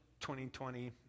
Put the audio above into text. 2020